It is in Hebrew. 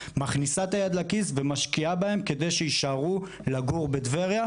מכניסה את היד לכיס ומשקיעה בהם כדי שהם יישארו לגור בטבריה,